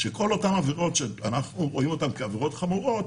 שכל אותן עבירות שאנחנו רואים אותן כעבירות חמורות,